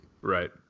Right